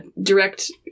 direct